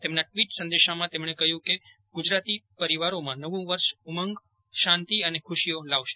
તેમના ટ્રવીટ સંદેશામાં તેમણે કહ્યું કે ગુજરાતી પરિવારોમાં નવું વર્ષ ઉમંગ શાંતિ અને ખુશીઓ લાવશે